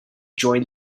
join